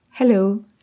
Hello